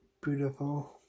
beautiful